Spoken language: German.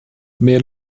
mehr